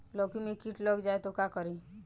लौकी मे किट लग जाए तो का करी?